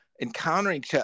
encountering